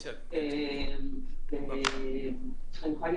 לא ברור שלא נוצר כפל מס עבור חברות ISP. אנחנו מדברים על ההגדרה.